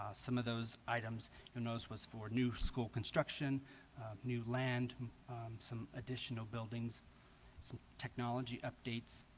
some of those items who knows was for new school construction new land some additional buildings some technology updates